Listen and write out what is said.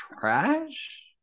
trash